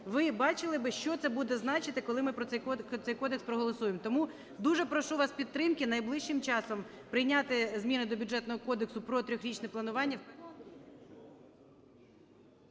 ви бачили би, що це буде значити, коли ми цей кодекс проголосуємо. Тому дуже прошу вас підтримки найближчим часом прийняти зміни до Бюджетного кодексу про трьохрічне планування….